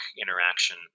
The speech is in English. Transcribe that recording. interaction